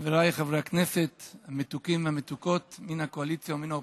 חבריי חברי הכנסת המתוקים והמתוקות מן הקואליציה ומן האופוזיציה,